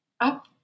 Up